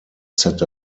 set